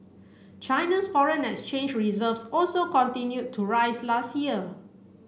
China's foreign exchange reserves also continued to rise last year